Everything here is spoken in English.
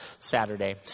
Saturday